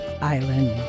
Island